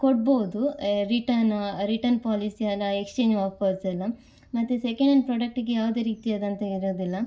ಕೊಡ್ಬೋದು return return policy ಅಲ್ಲ exchange ಆಫರ್ಸೆಲ್ಲ ಮತ್ತು ಸೆಕೆಂಡ್ ಆ್ಯಂಡ್ ಪ್ರಾಡಕ್ಟಿಗೆ ಯಾವುದೇ ರೀತಿಯಾದಂಥ ಇರುವುದಿಲ್ಲ